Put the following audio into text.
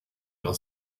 noch